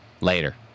Later